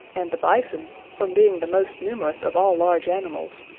and the bison, from being the most numerous of all large animals,